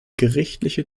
gerichtliche